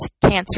cancer